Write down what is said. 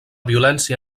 violència